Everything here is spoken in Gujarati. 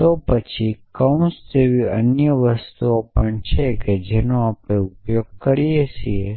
તો પછી કૌંસ જેવી અન્ય વસ્તુઓ પણ છે જેનો આપણે ઉપયોગ કરી શકીએ છીએ